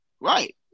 Right